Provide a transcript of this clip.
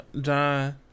John